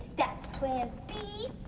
that's plan b,